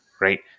Right